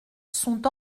sont